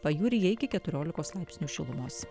pajūryje iki keturiolikos laipsnių šilumos